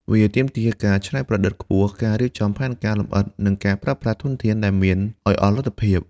វាទាមទារការច្នៃប្រឌិតខ្ពស់ ការរៀបចំផែនការលម្អិត និងការប្រើប្រាស់ធនធានដែលមានឱ្យអស់លទ្ធភាព។